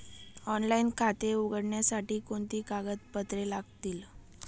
Offline खाते उघडण्यासाठी कोणती कागदपत्रे लागतील?